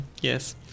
Yes